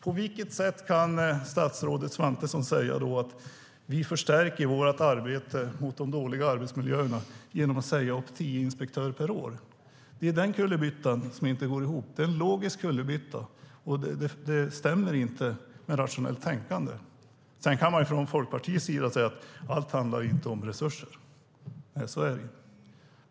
På vilket sätt kan statsrådet Svantesson säga att vi förstärker vårt arbete mot de dåliga arbetsmiljöerna genom att säga upp tio inspektörer per år? Det är den kullerbyttan som inte går ihop. Det är en logisk kullerbytta. Det stämmer inte med rationellt tänkande. Sedan kan man från Folkpartiets sida säga att allt inte handlar om resurser. Nej, så är det.